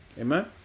Amen